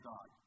God